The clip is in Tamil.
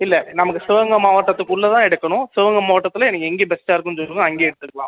இல்லை நமக்கு சிவகங்கை மாவட்டத்துக்குள்ளே தான் எடுக்கணும் சிவகங்கை மாவட்டத்தில் எனக்கு எங்கே பெஸ்ட்டாக இருக்குன்னு சொல்லுங்கள் அங்கேயே எடுத்துடலாம்